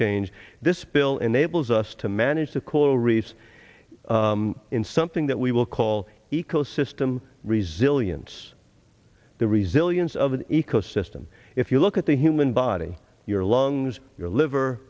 change this bill enables us to manage the coral reefs in something that we will call ecosystem resilience the resilience of the ecosystem if you look at the human body your lungs your liver